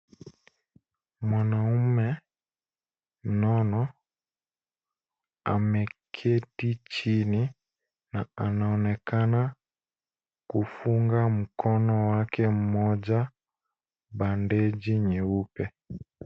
Mwanaume mnono ameketi chini na anaonekana kufunga mkono wake mmoja bandeji nyeupe.